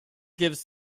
gives